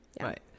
Right